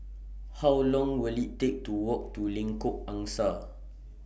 How Long Will IT Take to Walk to Lengkok Angsa